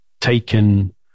taken